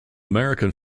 american